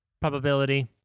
Probability